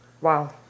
Wow